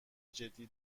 جدی